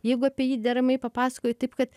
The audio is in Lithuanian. jeigu apie jį deramai papasakoji taip kad